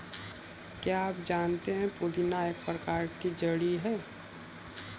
क्या आप जानते है पुदीना एक प्रकार की जड़ी है